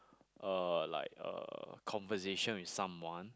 uh like uh conversation with someone